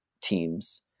teams